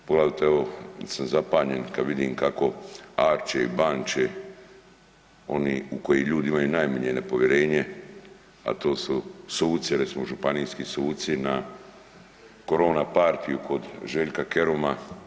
Poglavito evo sam zapanjen kada vidim kako arče i banče oni u koje ljudi imaju najmanje nepovjerenje, a to su suce recimo županijski suci na korona partiju kod Željka Keruma.